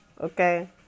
Okay